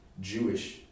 Jewish